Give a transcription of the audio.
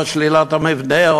או שלילת המבנה,